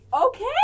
Okay